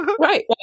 right